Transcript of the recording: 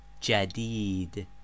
Jadid